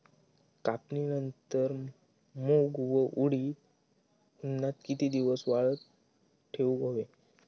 कापणीनंतर मूग व उडीद उन्हात कितके दिवस वाळवत ठेवूक व्हये?